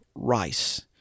rice